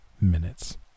minutes